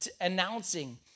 announcing